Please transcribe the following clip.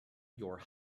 your